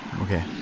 Okay